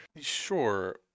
Sure